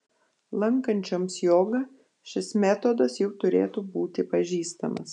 lankančioms jogą šis metodas jau turėtų būti pažįstamas